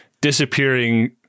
disappearing